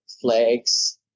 flags